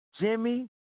Jimmy